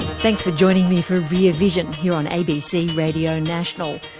thanks for joining me for rear vision here on abc radio national.